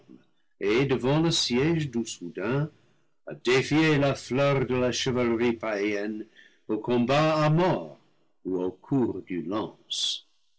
et devant le siège du soudan à défier la fleur de la chevalerie païenne au combat à mort ou au courre d'une lance